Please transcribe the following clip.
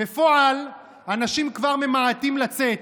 בפועל אנשים כבר ממעטים לצאת,